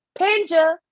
pinja